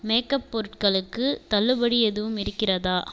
makeup பொருட்களுக்கு தள்ளுபடி எதுவும் இருக்கிறதா